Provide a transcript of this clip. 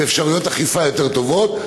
ועל אפשרויות אכיפה יותר טובות,